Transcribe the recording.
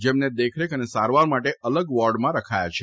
જેમને દેખરેખ અને સારવાર માટે અલગ વોર્ડમાં રખાયા છે